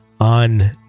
on